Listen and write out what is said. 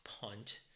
punt